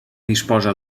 disposa